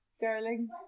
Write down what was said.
darling